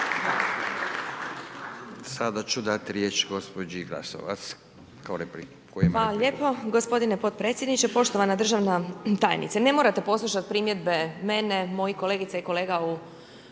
Sabina (SDP)** Hvala lijepo gospodine potpredsjedniče, poštovana državna tajniče, ne morate poslušati primjedba mene, mojih kolegica i kolega u